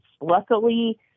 Luckily